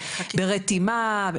ברתימה?